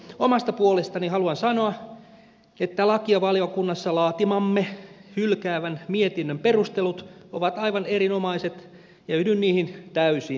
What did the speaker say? omasta puolestani haluan sanoa että lakivaliokunnassa laatimamme hylkäävän mietinnön perustelut ovat aivan erinomaiset ja yhdyn niihin täysin